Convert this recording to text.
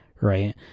right